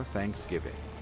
Thanksgiving